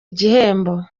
igihembo